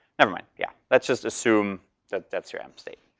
never mind, yeah. let's just assume that that's your m state.